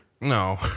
No